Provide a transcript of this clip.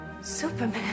Superman